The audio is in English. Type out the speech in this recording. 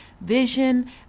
vision